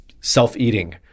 self-eating